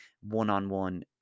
one-on-one